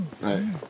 Right